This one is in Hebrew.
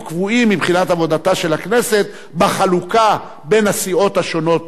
קבועים מבחינת עבודתה של הכנסת בחלוקה בין הסיעות השונות,